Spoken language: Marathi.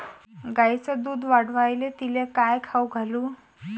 गायीचं दुध वाढवायले तिले काय खाऊ घालू?